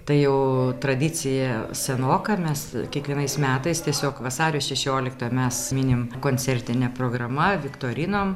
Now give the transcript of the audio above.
tai jau tradicija senoka mes kiekvienais metais tiesiog vasario šešioliktą mes minim koncertine programa viktorinom